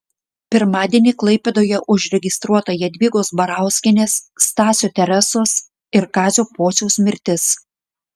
pirmadienį klaipėdoje užregistruota jadvygos barauskienės stasio teresos ir kazio pociaus mirtis